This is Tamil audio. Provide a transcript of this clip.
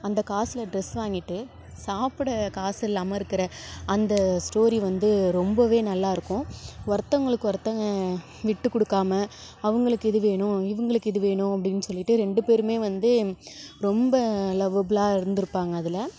அந்த காஸில் ட்ரெஸ் வாங்கிகிட்டு சாப்பிட காஸு இல்லாமல் இருக்கிற அந்த ஸ்டோரி வந்து ரொம்பவே நல்லாருக்கும் ஒர்த்தவங்களுக்கு ஒர்த்தவங்க விட்டு கொடுக்காம அவங்களுக்கு இது வேணும் இவங்களுக்கு இது வேணும் அப்படின் சொல்லிவிட்டு ரெண்டு பேருமே வந்து ரொம்ப லவ்வப்புலாக இருந்துருப்பாங்க அதில்